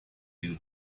you